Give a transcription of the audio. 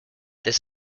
this